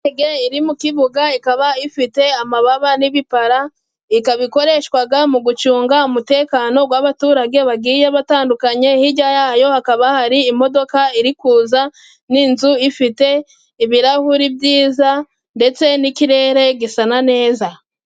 Indeege iri mu kibuga ikaba ifite amababa n'ibipara, ikaba ikoreshwa mu gucunga umutekano w'abaturage bagiye batandukanye, hirya yaho hakaba hari imodoka iri kuza n'inzu ifite ibirahuri byiza ndetse n'ikirere gisa neza.